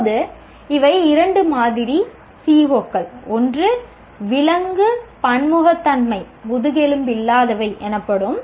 இப்போது இவை 2 மாதிரி CO கள் ஒன்று விலங்கு பன்முகத்தன்மை முதுகெலும்பில்லாதவை எனப்படும்